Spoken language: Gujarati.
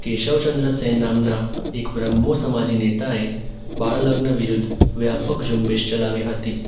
કેશવ ચંદ્ર સેન નામના એક બ્રહ્મો સમાજી નેતાએ બાળલગ્ન વિરુદ્ધ વ્યાપક ઝુંબેશ ચલાવી હતી